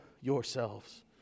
yourselves